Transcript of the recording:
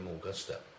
Augusta